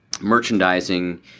merchandising